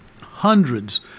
hundreds